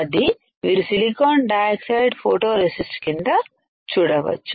అది మీరు silicon dioxide photoresist కింద చూడవచ్చు